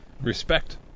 Respect